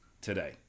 today